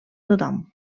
tothom